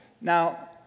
Now